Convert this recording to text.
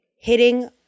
hitting